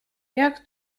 jak